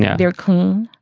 yeah they're clean,